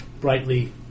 brightly